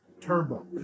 turbo